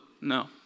no